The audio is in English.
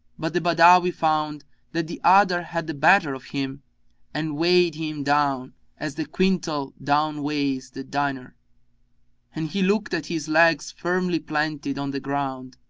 but the badawi found that the other had the better of him and weighed him down as the quintal downweighs the diner and he looked at his legs firmly planted on the ground,